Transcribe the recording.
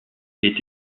est